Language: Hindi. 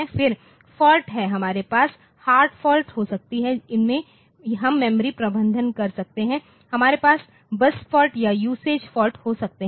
फिर फाल्ट में हमारे पास हार्ड फाल्ट हो सकती है उनमें हम मेमोरी प्रबंधन कर सकते हैं हमारे पास बस फाल्ट या यूसेज फाल्ट हो सकते हैं